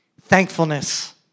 Thankfulness